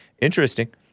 interesting